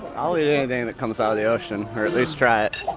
i'll eat anything that comes out of the ocean, or at least try it.